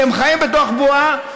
אתם חיים בתוך בועה,